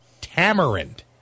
tamarind